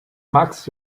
max